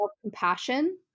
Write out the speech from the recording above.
compassion